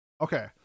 Okay